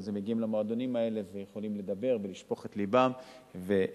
הם מגיעים למועדונים האלה ויכולים לדבר ולשפוך את לבם ולספר.